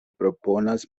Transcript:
proponas